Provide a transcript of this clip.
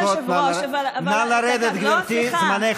נא לרדת, גברתי, זמנך תם.